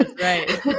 Right